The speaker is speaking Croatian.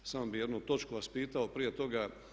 Samo bih jednu točku vas pitao prije toga.